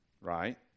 right